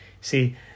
See